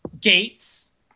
Gates